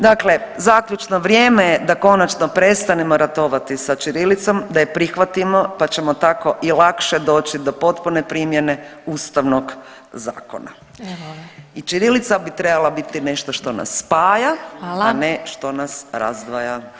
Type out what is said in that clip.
Dakle, zaključno vrijeme je da konačno prestanemo ratovati sa ćirilicom, da je prihvatimo, pa ćemo tako i lakše doći do potpune primjene ustavnog zakona i ćirilica bi trebala biti nešto što nas spaja, a ne što nas razdvaja.